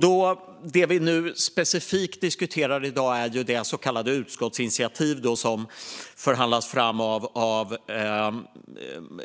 Det som vi nu specifikt diskuterar i dag är det så kallade utskottsinitiativ som förhandlats fram av